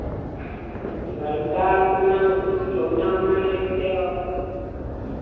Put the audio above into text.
घर का अपना कोई चोना वोना लेते आओ